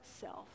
self